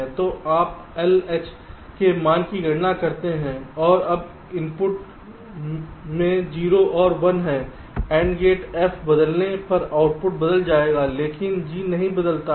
तो आप LH के मान की गणना करते हैं अब इनपुट में 0 और 1 है AND गेट F बदलने पर आउटपुट बदल जाएगा लेकिन G नहीं बदलता है